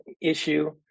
issue